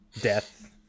death